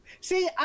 See